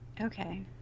Okay